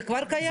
זה כבר קיים?